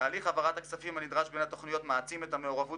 תהליך העברת הכספים הנדרש בין התכניות מעצים את המעורבות